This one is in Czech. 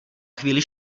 chvíli